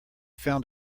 found